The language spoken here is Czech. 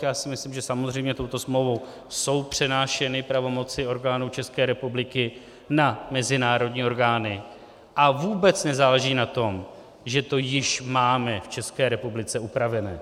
Já si myslím, že samozřejmě touto smlouvou jsou přenášeny pravomoci orgánů České republiky na mezinárodní orgány, a vůbec nezáleží na tom, že to již máme v České republice upraveno.